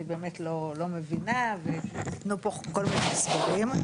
באמת לא מבינה ונתנו פה כל מיני הסברים.